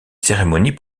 cérémonies